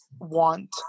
want